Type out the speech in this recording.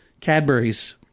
Cadbury's